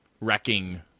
wrecking